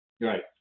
Right